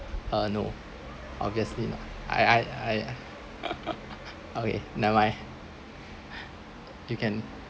uh no obviously not I I I okay never mind you can